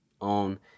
on